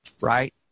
right